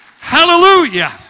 Hallelujah